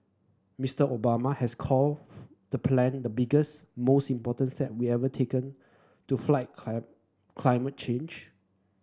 Mister Obama has the plan the biggest most important step we ever taken to fight climate change